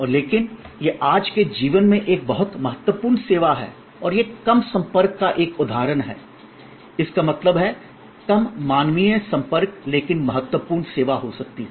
और लेकिन यह आज के जीवन में एक बहुत महत्वपूर्ण सेवा है और यह कम संपर्क का एक उदाहरण है इसका मतलब है कम मानवीय संपर्क लेकिन महत्वपूर्ण सेवा हो सकती है